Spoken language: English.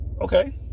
Okay